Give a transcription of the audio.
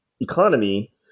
economy